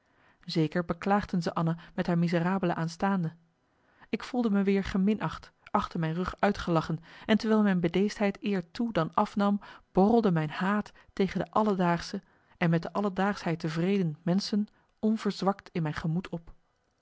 zeker beklaagden ze anna met haar miserabele aanstaande ik voelde me weer geminacht achter mijn rug uitgelachen en terwijl mijn bedeesdheid eer toedan afnam borrelde mijn haat tegen de alledaagsche en met de alledaagschheid tevreden menschen onverzwakt in mijn gemoed op